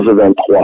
23